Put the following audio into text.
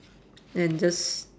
and just